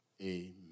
Amen